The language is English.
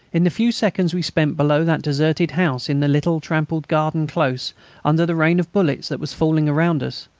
in the few seconds we spent below that deserted house in the little trampled garden-close, under the rain of bullets that was falling around us,